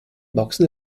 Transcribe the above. boxe